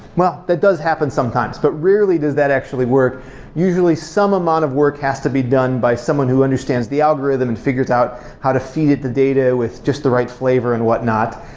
well, that does happen sometimes, but rarely does that actually work usually, some amount of work has to be done by someone who understands the algorithm and figures out how to feed the data with just the right flavor and whatnot.